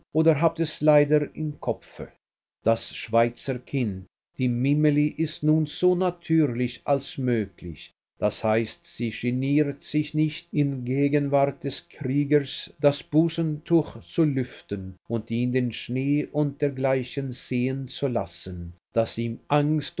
oder habt es leider im kopfe das schweizerkind die mimili ist nun so natürlich als möglich d h sie geniert sich nicht in gegenwart des kriegers das busentuch zu lüften und ihn den schnee und dergleichen sehen zu lassen daß ihm angst